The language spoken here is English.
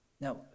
Now